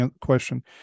question